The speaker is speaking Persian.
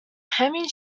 همین